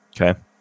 Okay